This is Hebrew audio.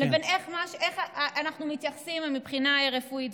לבין איך שאנחנו מתייחסים מבחינה רפואית.